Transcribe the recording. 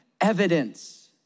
evidence